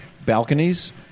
balconies